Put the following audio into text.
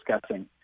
discussing